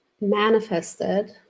manifested